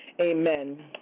Amen